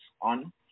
on